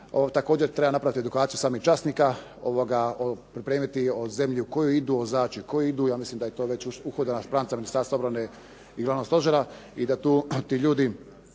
Također treba napraviti edukaciju samih časnika, pripremiti zemlju u koju idu…, u koju idu, ja mislim da je to već uhodana špranca Ministarstva obrane i glavnog stožera